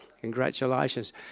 Congratulations